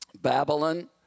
Babylon